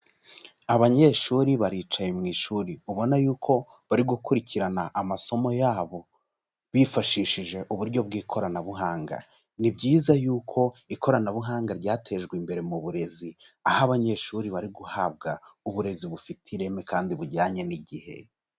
Abanyeshuri baricaye mu ishuri ubona yuko bari gukurikirana amasomo yabo bifashishije uburyo bw'ikoranabuhanga, ni byiza yuko ikoranabuhanga ryatejwe imbere mu burezi aho abanyeshuri bari guhabwa uburezi bufite ireme kandi bujyanye n'igihe.